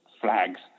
flags